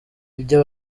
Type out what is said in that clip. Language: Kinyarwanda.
ibyo